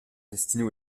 destinées